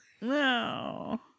No